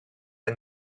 yng